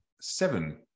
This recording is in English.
seven